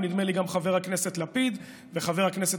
ונדמה לי שחבר הכנסת לפיד וחבר הכנסת